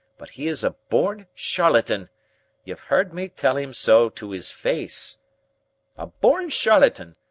but he is a born charlatan you've heard me tell him so to his face a born charlatan,